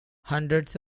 hundreds